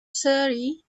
surrey